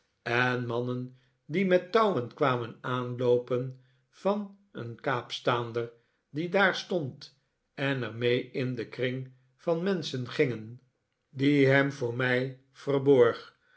en mannen die met touwen kwamen aanloopen van een kaapstander die daar stond en er mee in den kring van menschen gingen die hem voor mij verborg